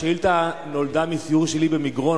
השאילתא נולדה מסיור שלי במגרון,